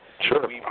sure